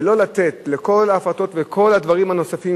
ולא לתת לכל ההפרטות ולכל הדברים הנוספים,